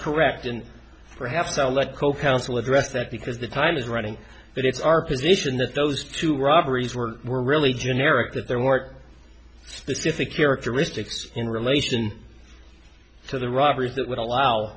correct and perhaps i'll let co counsel address that because the time is running that it's our position that those two robberies were were really generic that there were specific characteristics in relation to the robberies that would allow